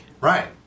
Right